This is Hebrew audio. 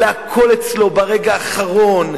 אלא הכול אצלו ברגע האחרון,